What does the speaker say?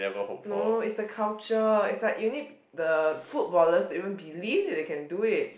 no it's the culture it's like you need the footballers to even believe that they can do it